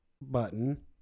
button